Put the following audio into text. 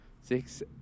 six